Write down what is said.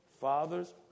fathers